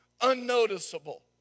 unnoticeable